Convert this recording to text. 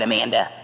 Amanda